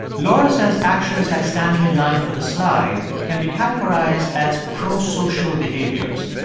laura says actions like standing in line for the slide can be categorized as prosocial behaviors.